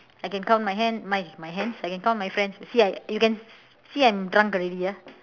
I can count my hand my my hands I can count my friends you see you can see I'm drunk already ah